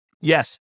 Yes